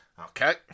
Okay